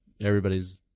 everybody's